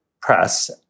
press